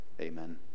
amen